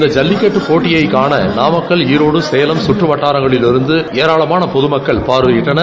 இந்த இல்லிக்கட்டுபோட்டியைக் காணநாமக்கல் ஈரோடு சேவம் கற்றவட்டாரங்களிலிருந்துளராளமானபொதமக்கள் பார்வையிட்டனர்